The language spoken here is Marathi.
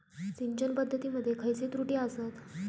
सिंचन पद्धती मध्ये खयचे त्रुटी आसत?